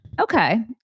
okay